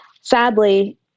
Sadly